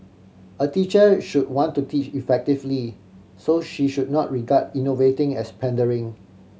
a teacher should want to teach effectively so she should not regard innovating as pandering